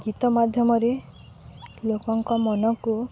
ଗୀତ ମାଧ୍ୟମରେ ଲୋକଙ୍କ ମନକୁ